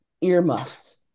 earmuffs